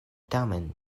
tamen